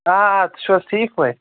آ آ تُہۍ چھُو حظ ٹھیٖک پٲٹھۍ